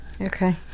Okay